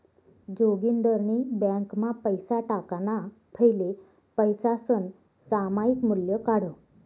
जोगिंदरनी ब्यांकमा पैसा टाकाणा फैले पैसासनं सामायिक मूल्य काढं